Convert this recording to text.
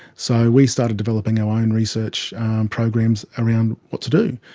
so we started developing our own research programs around what to do.